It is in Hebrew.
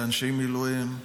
באנשי מילואים,